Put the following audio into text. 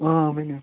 آ ؤنِو